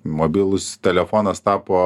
mobilus telefonas tapo